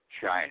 China